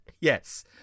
Yes